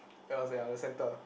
it was ya the center